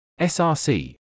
SRC